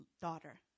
daughter